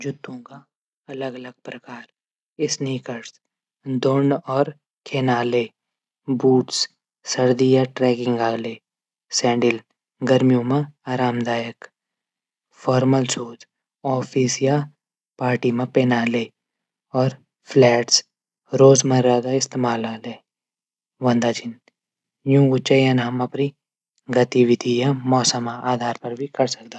जूतों का अलग अलग प्रकार स्नैकर, दौण और खिनाक ले। बूटस सर्दी और ट्रैकलिंग ले। सैडिल गर्मियों मा आरामदायक। फॉरमल सूज औफिस या पार्टी मा पहण ले। फ्लैटस रोजमर्रा इस्तेमाल ले। यूंक चयन हम अपडी रोजमर्रा गतिविधि मौसम हिसाब से कौर सकदा।